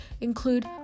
include